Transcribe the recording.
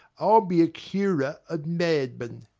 i'll be a curer of madmen.